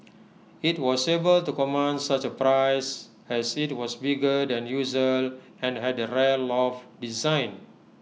IT was able to command such A price as IT was bigger than usual and had A rare loft design